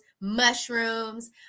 mushrooms